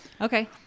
Okay